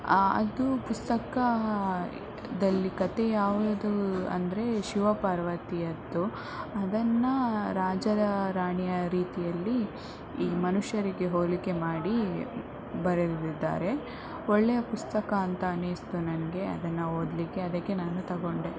ಆ ಅದು ಪುಸ್ತಕದಲ್ಲಿ ಕಥೆ ಯಾವುದು ಅಂದರೆ ಶಿವ ಪಾರ್ವತಿಯದ್ದು ಅದನ್ನು ರಾಜರ ರಾಣಿಯ ರೀತಿಯಲ್ಲಿ ಈ ಮನುಷ್ಯರಿಗೆ ಹೋಲಿಕೆ ಮಾಡಿ ಬರೆದಿದ್ದಾರೆ ಒಳ್ಳೆಯ ಪುಸ್ತಕ ಅಂತ ಅನ್ನಿಸ್ತು ನನಗೆ ಅದನ್ನು ಓದಲಿಕ್ಕೆ ಅದಕ್ಕೆ ನಾನು ತಗೊಂಡೆ